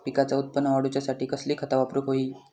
पिकाचा उत्पन वाढवूच्यासाठी कसली खता वापरूक होई?